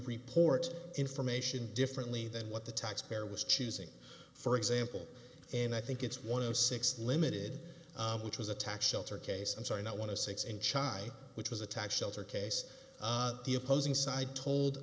report information differently than what the taxpayer was choosing for example and i think it's one of the six limited which was a tax shelter case i'm sorry not want to sex and child which was a tax shelter case the opposing side told